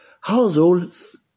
Households